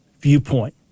viewpoint